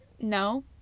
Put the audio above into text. no